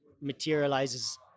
materializes